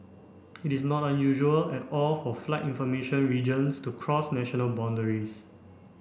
it is not unusual at all for flight information regions to cross national boundaries